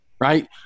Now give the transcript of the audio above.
Right